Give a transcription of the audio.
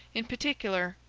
in particular,